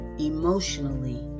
emotionally